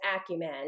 acumen